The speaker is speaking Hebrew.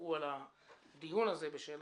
שצבאו על הדיון הזה בשל